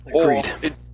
Agreed